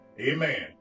amen